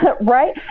Right